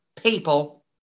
people